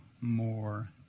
more